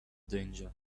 danger